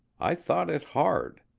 i thought it hard.